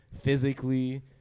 physically